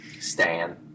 Stan